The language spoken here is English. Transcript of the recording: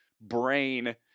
brain